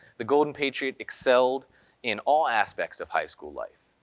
the golden patriot excelled in all aspects of high school life.